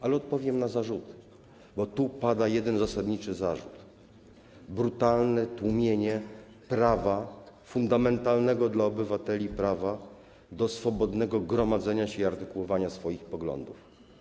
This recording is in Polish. Ale odpowiem na zarzuty, bo tu pada jeden zasadniczy zarzut: brutalne tłumienie prawa, fundamentalnego dla obywateli prawa do swobodnego gromadzenia się i artykułowania swoich poglądów.